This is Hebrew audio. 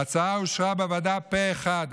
ההצעה אושרה בוועדה פה אחד,